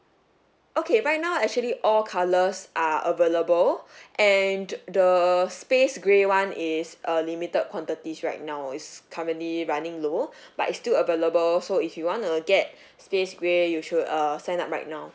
okay right now actually all colours are available and the space grey one is a limited quantities right now it's currently running low but it's still available so if you want to get space grey you should uh sign up right now